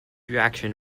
reaction